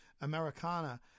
Americana